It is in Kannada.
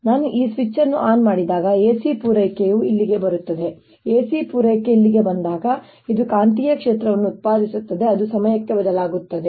ನಾನು ಈ ಸ್ವಿಚ್ ಅನ್ನು ಆನ್ ಮಾಡಿದಾಗ AC ಪೂರೈಕೆಯು ಇಲ್ಲಿಗೆ ಬರುತ್ತದೆ AC ಪೂರೈಕೆ ಇಲ್ಲಿಗೆ ಬಂದಾಗ ಇದು ಕಾಂತೀಯ ಕ್ಷೇತ್ರವನ್ನು ಉತ್ಪಾದಿಸುತ್ತದೆ ಅದು ಸಮಯಕ್ಕೆ ಬದಲಾಗುತ್ತಿದೆ